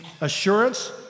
assurance